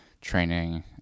training